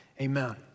Amen